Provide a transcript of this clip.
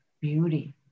beauty